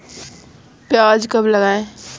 प्याज कब लगाएँ?